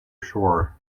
shore